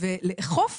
ולאכוף